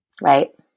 Right